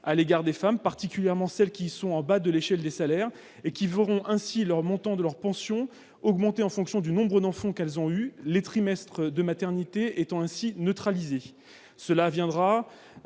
à l'égard des femmes, particulièrement celles qui sont en bas de l'échelle des salaires, lesquelles verront le montant de leur pension augmenter en fonction du nombre d'enfants qu'elles ont eus, les trimestres de maternité étant ainsi neutralisés. Cette mesure